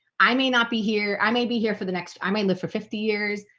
i may not be here i may be here for the next i may live for fifty years.